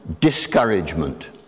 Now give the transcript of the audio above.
discouragement